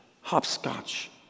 hopscotch